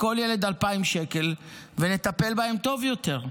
לכל ילד 2,000 שקל, ונטפל בהם טוב יותר.